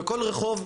בכל רחוב,